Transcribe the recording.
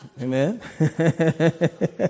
amen